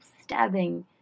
stabbing